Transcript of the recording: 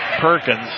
Perkins